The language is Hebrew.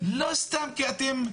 לא סתם כי אתם,